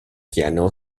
piano